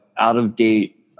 out-of-date